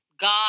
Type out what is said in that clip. God